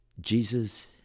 Jesus